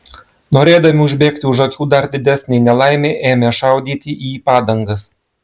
norėdami užbėgti už akių dar didesnei nelaimei ėmė šaudyti į padangas